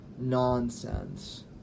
nonsense